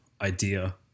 idea